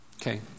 Okay